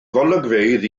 golygfeydd